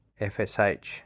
FSH